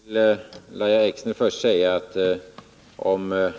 Herr talman! Till Lahja Exner vill jag först säga att om